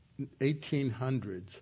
1800s